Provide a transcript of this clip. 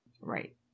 Right